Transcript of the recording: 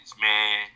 man